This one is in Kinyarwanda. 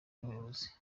n’ubuyobozi